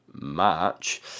march